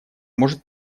может